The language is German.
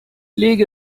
lege